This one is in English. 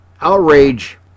Outrage